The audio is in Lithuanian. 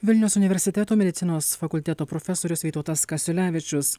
vilniaus universiteto medicinos fakulteto profesorius vytautas kasiulevičius